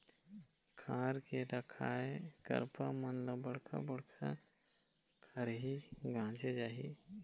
खार के रखाए करपा मन ल बड़का बड़का खरही गांजे जाही